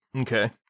Okay